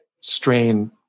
strain